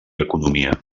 economia